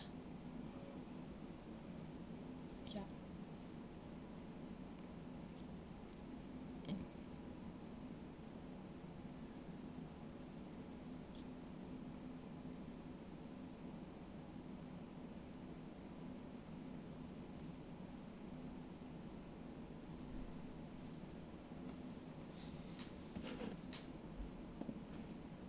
ya mm